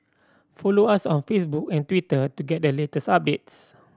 follow us on Facebook and Twitter to get the latest updates